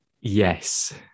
Yes